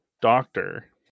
doctor